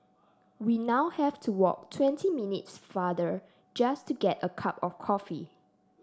we now have to walk twenty minutes farther just to get a cup of coffee